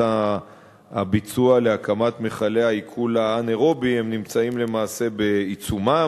הביצוע להקמת מכלי העיכול האנאירובי נמצאות למעשה בעיצומן.